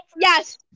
Yes